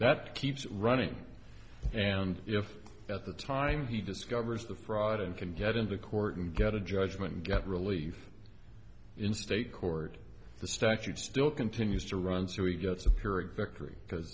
that keeps running and if at the time he discovers the fraud and can get into court and get a judgment and get relief in state court the statute still continues to run so he gets a pyrrhic victory because